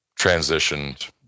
transitioned